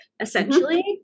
essentially